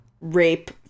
rape